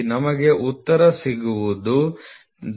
ನಮಗೆ ಉತ್ತರ ಸಿಗುವುದು 39